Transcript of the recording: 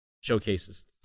Showcases